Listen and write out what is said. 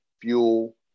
fuel